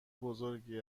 بزرگی